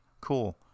cool